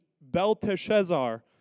Belteshazzar